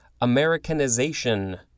Americanization